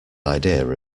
idea